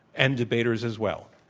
and debaters as well.